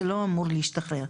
זה לא אמור להשתחרר,